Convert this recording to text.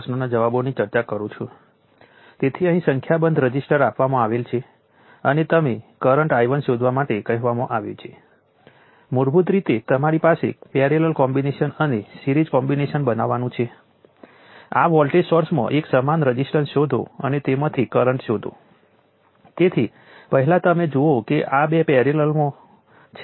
હંમેશની જેમ આપણે યોગ્ય પેસિવ સાઇન કન્વેન્શન ઉપર વોલ્ટેજ અને કરંટ I લઈએ છીએ પછી કોઈપણ બે ટર્મિનલ વાળા એલિમેન્ટની જેમ પાવર એ વોલ્ટેજ અને કરંટનું પ્રોડક્ટ છે પરંતુ કેપેસિટર એવી લાક્ષણિકતાઓ છે કે તે આ વોલ્ટેજ કરંટ અને વોલ્ટેજ વચ્ચેનો સંબંધ ICVdVdtને એપ્લાય કરે છે